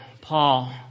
Paul